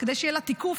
כדי שיהיה לה תיקוף,